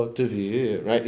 right